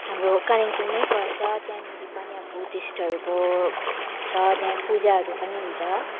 हाम्रो कालेबुङमै पर्छ त्यहाँनिर पनि अब बुद्धिस्टहरूको छ त्यहाँ पूजाहरू पनि हुन्छ